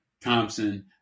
Thompson